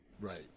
right